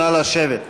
נא לשבת.